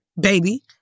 baby